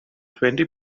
twenty